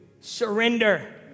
surrender